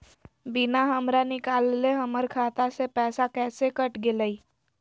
बिना हमरा निकालले, हमर खाता से पैसा कैसे कट गेलई?